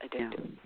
addictive